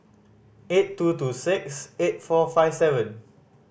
eight two two six eight four five seven